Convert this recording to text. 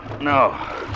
No